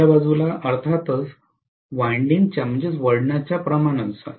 दुसर्या बाजूला अर्थातच वळणाच्या प्रमाणानुसार